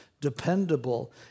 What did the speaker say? dependable